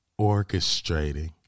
orchestrating